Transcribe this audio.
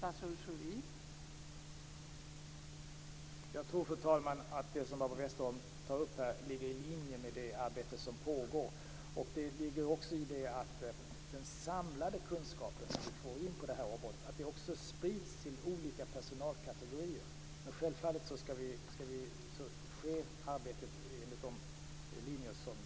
Fru talman! Jag tror att det som Barbro Westerholm tar upp ligger i linje med det arbete som pågår. I det ligger också att den samlade kunskap som vi får in på detta område också sprids till olika personalkategorier.